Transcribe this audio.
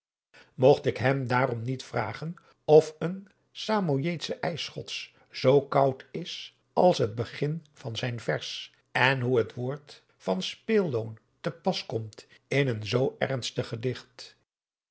mogt ik hem daarom niet vragen of een samojeedsche ijsschots zoo koud is als het begin van zijn vers en hoe het woord van speelloon te pas komt in een zoo ernstig gedicht